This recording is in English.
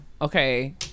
okay